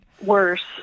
Worse